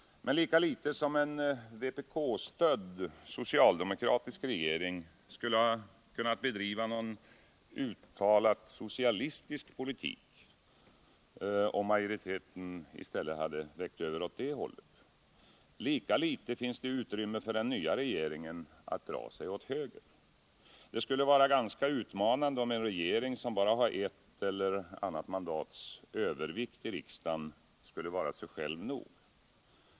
Men lika litet som en vpk-stödd socialdemokratisk regering skulle ha kunnat bedriva någon uttalad socialistisk politik, om majoriteten i stället vägt över åt det hållet, lika litet finns det utrymme för den nya regeringen att dra sig åt höger. Det skulle vara ganska utmanande, om en regering som bara har ett eller annat mandats övervikt i riksdagen skulle vara sig själv nog.